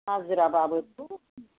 हाजिराबाबोथ'